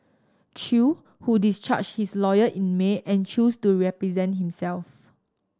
Chew who discharged his lawyer in May and chose to represent himself